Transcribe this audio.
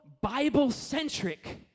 Bible-centric